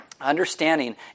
Understanding